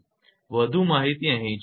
વધુ માહિતીડેટા અહીં છે